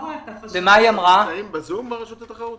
להכניס את החתם לרשימת הגופים הפיננסים